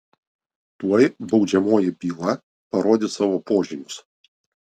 tuoj baudžiamoji byla parodys savo požymius